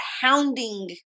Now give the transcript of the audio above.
hounding